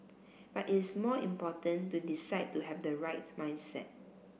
but it is more important to decide to have the right mindset